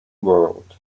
world